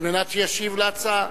כדי שישיב על ההצעות.